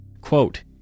Quote